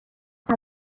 این